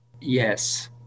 Yes